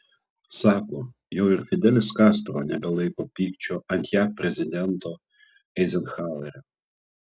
sako jau ir fidelis kastro nebelaiko pykčio ant jav prezidento eizenhauerio